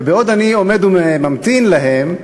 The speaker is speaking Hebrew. ובעוד אני עומד וממתין להם,